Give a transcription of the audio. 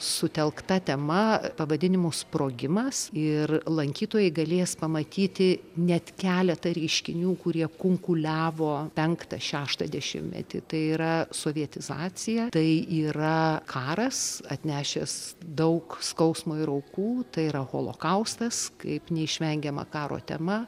sutelkta tema pavadinimu sprogimas ir lankytojai galės pamatyti net keletą reiškinių kurie kunkuliavo penktą šeštą dešimtmetį tai yra sovietizacija tai yra karas atnešęs daug skausmo ir aukų tai yra holokaustas kaip neišvengiama karo tema